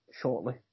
shortly